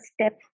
step